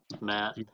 Matt